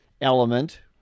element